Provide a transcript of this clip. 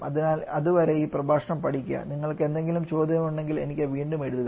അതിനാൽ അതുവരെ ഈ പ്രഭാഷണം പഠിക്കുക നിങ്ങൾക്ക് എന്തെങ്കിലും ചോദ്യമുണ്ടെങ്കിൽ എനിക്ക് വീണ്ടും എഴുതുക